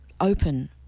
open